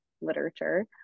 literature